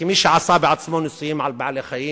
וכמי שעשה בעצמו ניסויים על בעלי-חיים,